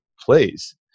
please